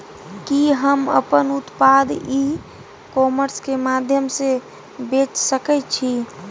कि हम अपन उत्पाद ई कॉमर्स के माध्यम से बेच सकै छी?